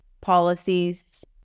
policies